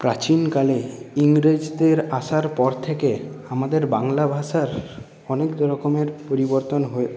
প্রাচীনকালে ইংরেজদের আসার পর থেকে আমাদের বাংলা ভাষার অনেক রকমের পরিবর্তন হয়ে